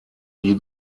die